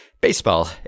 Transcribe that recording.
baseball